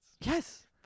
Yes